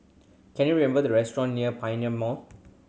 can you the restaurant near Pioneer Mall